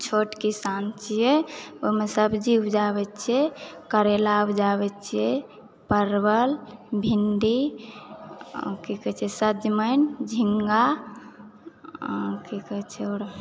छोट किसान छियै ओहिमे सब्जी उपजाबै छियै करैला उपजाबै छियै परवल भिण्डी आ कि कहै छै सजमनि झिङ्गा आ की कहै छै आओर